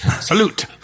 Salute